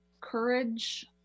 courage